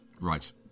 right